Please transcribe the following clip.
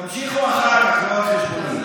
תמשיכו אחר כך, לא על חשבוני.